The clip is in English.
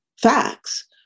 facts